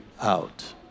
out